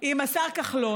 עם השר כחלון.